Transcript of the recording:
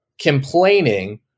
complaining